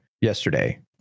Yesterday